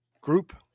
group